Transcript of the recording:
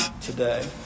today